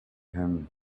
come